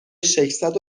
ششصد